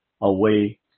away